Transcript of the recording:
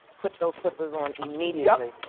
put those slippers on immediately.